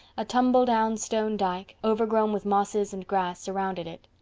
a tumbledown stone dyke, overgrown with mosses and grass, surrounded it.